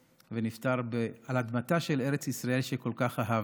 ונפטר על אדמתה של ארץ ישראל שכל כך אהב.